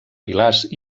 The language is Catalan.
pilars